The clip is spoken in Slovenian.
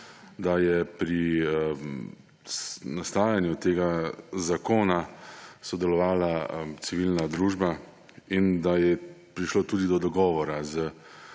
da je pri nastajanju tega zakona sodelovala civilna družba in da je prišlo tudi do dogovora